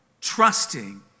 trusting